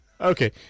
okay